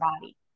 body